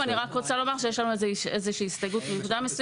אני רק רוצה לומר שיש לנו הסתייגות מסוימת.